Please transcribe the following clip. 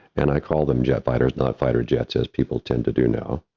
and i call them jet fighters, not fighter jets as people tend to do now.